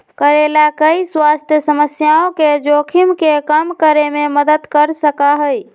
करेला कई स्वास्थ्य समस्याओं के जोखिम के कम करे में मदद कर सका हई